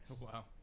Wow